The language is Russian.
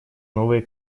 новые